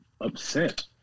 upset